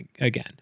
again